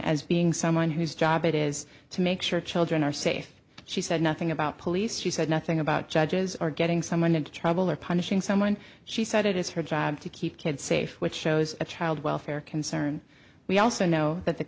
as being someone whose job it is to make sure children are safe she said nothing about police she said nothing about judges are getting someone in trouble or punishing someone she said it is her job to keep kids safe which shows a child welfare concern we also know that the